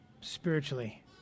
spiritually